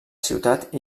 ciutat